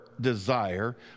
desire